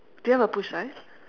do you have a push sign